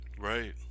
right